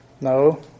No